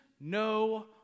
no